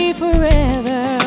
forever